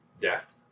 death